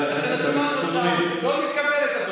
לא מתקבלת,